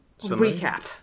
Recap